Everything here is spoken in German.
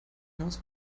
hinaus